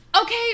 Okay